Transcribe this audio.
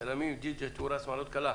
צלמים, תקליטנים, תאורנים, תופרי שמלות וכדומה,